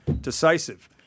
decisive